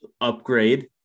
upgrade